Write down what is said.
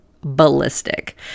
ballistic